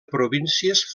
províncies